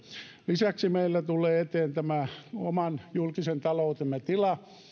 lisäksi meillä tulee eteen oman julkisen taloutemme tila